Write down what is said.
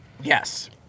Yes